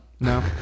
No